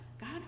God